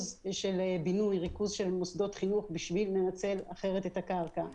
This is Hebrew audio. בינוי וריכוז של מוסדות חינוך בשביל לנצל אחרת את הקרקע.